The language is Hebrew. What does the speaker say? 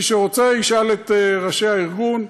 מי שרוצה, ישאל את ראשי הארגון.